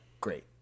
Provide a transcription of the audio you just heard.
great